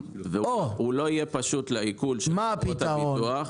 והוא לא יהיה פשוט לעיכול לחברות הביטוח.